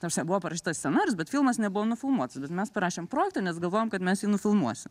ta prasme buvo parašytas scenarijus bet filmas nebuvo nufilmuotas bet mes parašėm projektą nes galvojom kad mes jį nufilmuosim